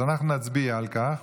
אז אנחנו נצביע על כך.